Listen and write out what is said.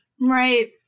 Right